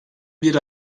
bir